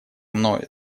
мною